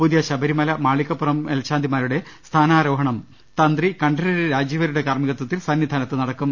പുതിയ ശബരിമല മാളികപ്പുറം മേൽശാന്തിമാരുടെ സ്ഥാനാ രോഹണം തന്ത്രി കണ്ഠരര് രാജീവരരുടെ കാർമ്മികത്വത്തിൽ സന്നി ധാനത്ത് നടക്കും